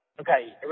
Okay